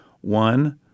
one